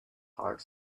heart